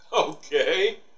Okay